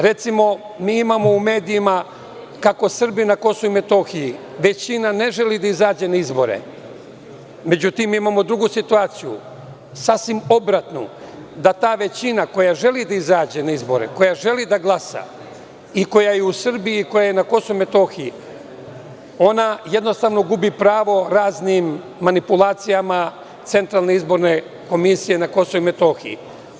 Recimo, mi imamo u medijima kako Srbi na Kosovu i Metohiji, većina ne želi da izađe na izbore, međutim, imamo drugu situaciju, sasvim obratnu, da ta većina koja ćeli da izađe na izbore, koja želi da glasa i koja je u Srbiji i koja je na Kosovu i Metohiji, ona jednostavno gubi pravo raznim manipulacijama Centralne izborne komisije na Kosovu i Metohiji.